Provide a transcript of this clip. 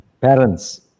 parents